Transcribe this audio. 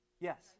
Yes